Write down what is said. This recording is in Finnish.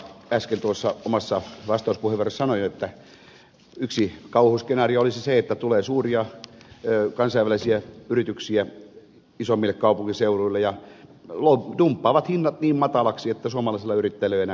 äsken tuossa omassa vastauspuheenvuorossani sanoin että yksi kauhuskenaario olisi se että tulee suuria kansainvälisiä yrityksiä isoimmille kaupunkiseuduille ja ne dumppaavat hinnat niin mataliksi että suomalaisilla yrittäjillä ei ole enää mitään mahdollisuutta